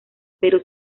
pero